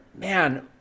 man